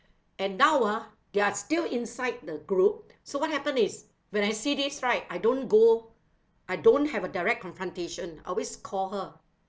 and now ah they are still inside the group so what happen is when I see these right I don't go I don't have a direct confrontation I always call her